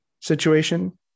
situation